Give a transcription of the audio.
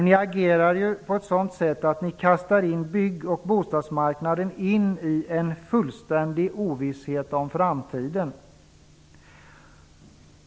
Ni agerar på ett sådant sätt att ni kastar in bygg och bostadsmarknaden i en fullständig ovisshet om framtiden.